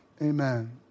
amen